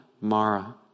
Mara